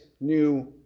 New